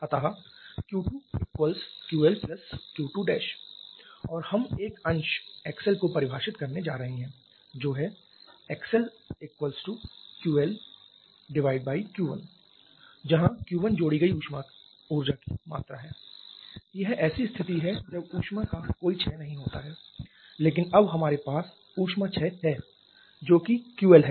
अतः Q2 QL Q2 और हम एक अंश xL को परिभाषित करने जा रहे हैं जो है xLQLQ1 जहां Q1 जोड़ी गई ऊर्जा की मात्रा है यह ऐसी स्थिति है जब ऊष्मा का कोई छय नहीं होता है लेकिन अब हमारे पास ऊष्माछय है जो कि QL है